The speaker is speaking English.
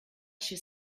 she